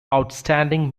outstanding